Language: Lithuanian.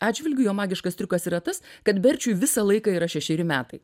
atžvilgiu jo magiškas triukas yra tas kad berčiui visą laiką yra šešeri metai